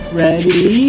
ready